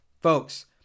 Folks